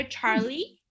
Charlie